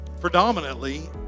Predominantly